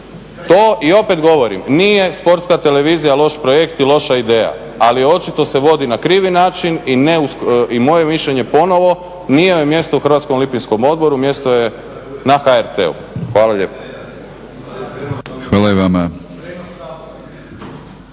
To i opet govorim nije sportska televizija loš projekt i loša ideja ali očito se vodi na krivi način i moje mišljenje ponovno nije mjesto u Hrvatskom olimpijskom odboru, mjesto joj je na HRT-u. Hvala lijepo. **Batinić,